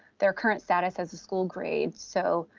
their current status as a school grade. so